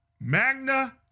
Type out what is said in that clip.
magna